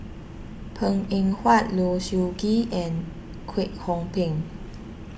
Png Eng Huat Low Siew Nghee and Kwek Hong Png